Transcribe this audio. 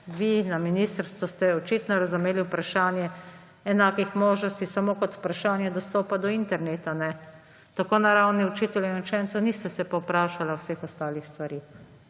vi, na ministrstvu, ste očitno razumeli vprašanje enakih možnosti samo kot vprašanje dostopa do interneta, tako na ravni učiteljev in učencev, niste se pa vprašali vseh ostalih stvari.